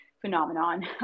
phenomenon